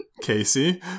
casey